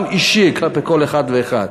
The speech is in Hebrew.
גם אישי, כלפי כל אחד ואחד.